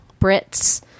Brits